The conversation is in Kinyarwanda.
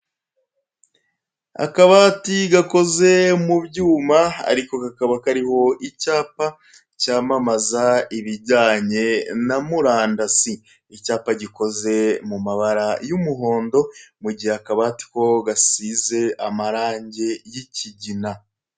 Akabati gakoze mu byuma ariko kakaba kariho icyapa cyamamaza ibijyanye na murandasi, icyapa gikoze mu mabara y'umuhondo, mu gihe akabati ko gasize amarangi y'ikigina.